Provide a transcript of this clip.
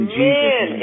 Amen